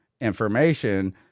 information